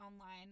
online